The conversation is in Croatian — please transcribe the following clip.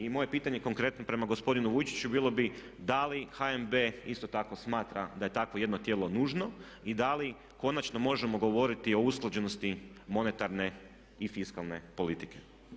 I moje pitanje konkretno prema gospodinu Vujčiću bilo bi da li HNB isto tako smatra da je takvo jedno tijelo nužno i da li konačno možemo govoriti o usklađenosti monetarne i fiskalne politike.